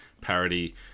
parody